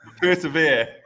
Persevere